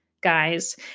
guys